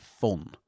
fun